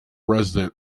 resident